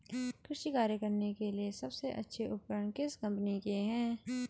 कृषि कार्य करने के लिए सबसे अच्छे उपकरण किस कंपनी के हैं?